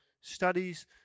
studies